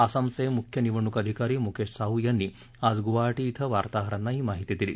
आसामचे मुख्य निवडणूक अधिकारी मुकेश शाहू यांनी आज गुवाहाटी इथं वार्ताहरांना ही माहिती दिली